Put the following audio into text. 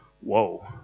whoa